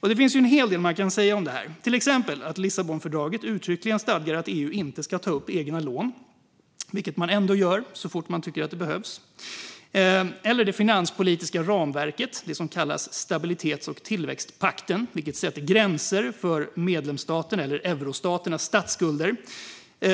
Det finns en hel del man kan säga om detta, till exempel att Lissabonfördraget uttryckligen stadgar att EU inte ska ta upp egna lån, vilket man ändå gör så fort man tycker att det behövs. Så finns det finanspolitiska ramverket, stabilitets och tillväxtpakten, vilket sätter gränser för medlemsstaternas, eurostaternas, statsskulder.